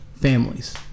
families